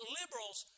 liberals